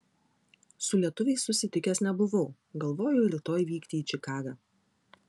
su lietuviais susitikęs nebuvau galvoju rytoj vykti į čikagą